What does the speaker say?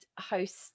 host